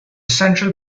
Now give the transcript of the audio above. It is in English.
central